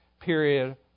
period